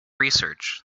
research